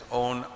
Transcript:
own